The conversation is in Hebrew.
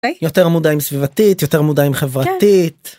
יותר מודעים סביבתית יותר מודעים חברתית כן